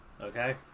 Okay